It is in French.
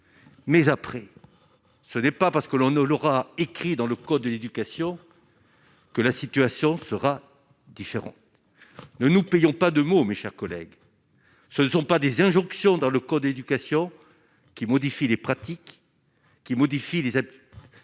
mais après ce n'est pas parce que l'on ne l'aura écrit dans le code de l'éducation, que la situation sera différente ne nous payons pas de mots, mes chers collègues, ce ne sont pas des injonctions dans le code éducation qui modifient les pratiques qui modifie les les